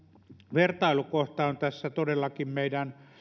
vertailukohta on tässä todellakin meidän